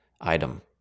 item